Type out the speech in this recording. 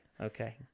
okay